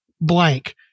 blank